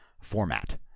format